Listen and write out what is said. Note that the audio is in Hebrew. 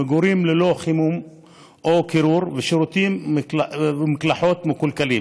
מגורים ללא חימום או קירור ושירותים ומקלחות מקולקלים.